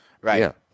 Right